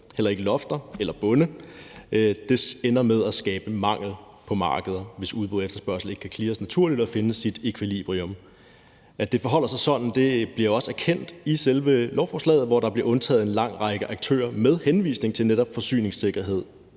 heller ikke lofter eller bunde. Det ender med at skabe mangel på markedet, hvis udbud og efterspørgsel ikke kan cleares naturligt og finde sit ekvilibrium. At det forholder sig sådan, bliver jo også erkendt i selve lovforslaget, hvor der bliver undtaget en lang række aktører med henvisning til netop forsyningssikkerhed,